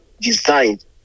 designed